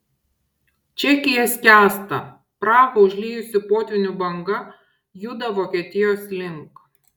čekija skęsta prahą užliejusi potvynių banga juda vokietijos link